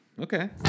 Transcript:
okay